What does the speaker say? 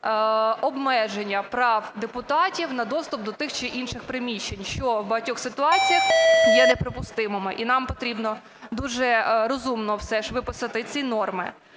обмеження прав депутатів на доступ до тих чи інших приміщень, що в багатьох ситуаціях є неприпустимим. І нам потрібно дуже розумно все ж виписати ці норми.